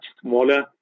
smaller